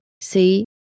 See